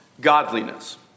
Godliness